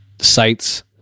sites